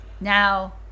Now